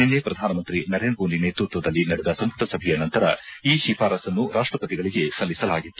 ನಿನ್ನೆ ಪ್ರಧಾನಮಂತ್ರಿ ನರೇಂದ್ರಮೋದಿ ನೇತೃತ್ವದಲ್ಲಿ ನಡೆದ ಸಂಮಟ ಸಭೆಯ ನಂತರ ಈ ಶಿಫಾರಸ್ಸನ್ನು ರಾಷ್ಟಪತಿಗಳಿಗೆ ಸಲ್ಲಿಸಲಾಗಿತ್ತು